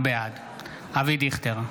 בעד אבי דיכטר,